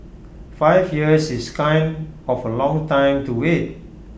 five years is kind of A long time to wait